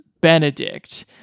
Benedict